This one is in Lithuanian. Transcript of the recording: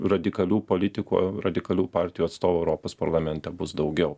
radikalių politikų radikalių partijų atstovų europos parlamente bus daugiau